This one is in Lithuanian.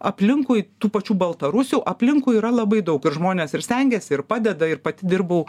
aplinkui tų pačių baltarusių aplinkui yra labai daug ir žmonės ir stengiasi ir padeda ir pati dirbau